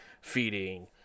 feeding